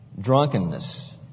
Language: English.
drunkenness